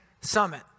summit